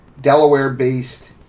Delaware-based